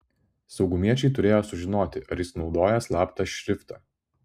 saugumiečiai turėjo sužinoti ar jis naudoja slaptą šriftą